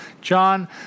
John